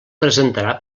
presentarà